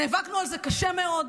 נאבקנו על זה קשה מאוד.